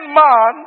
man